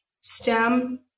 STEM